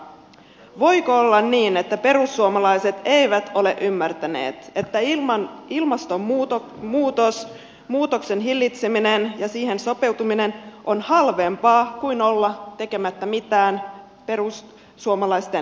voiko olla niin että perussuomalaiset eivät ole ymmärtäneet että ilmastonmuutoksen hillitseminen ja siihen sopeutuminen on halvempaa kuin olla tekemättä mitään perussuomalaisten linjan mukaan